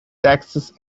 taxes